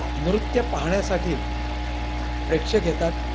नृत्य पाहण्यासाठी प्रेक्षक येतात